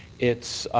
it's